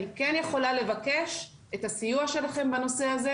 אני כן יכולה לבקש את הסיוע שלכם בנושא הזה.